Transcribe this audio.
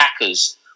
hackers